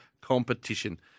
competition